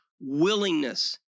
willingness